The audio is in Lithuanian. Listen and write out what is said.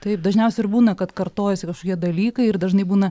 taip dažniausia ir būna kad kartojasi kažkokie dalykai ir dažnai būna